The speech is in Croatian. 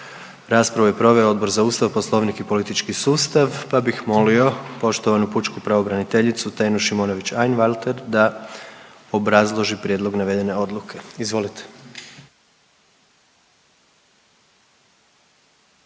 Raspravu je proveo Odbor za Ustav, Poslovnik i politički sustav pa bih molio poštovanu pučku pravobraniteljicu Tenu Šimonović Einwalter da obrazloži prijedlog navedene odluke. Izvolite.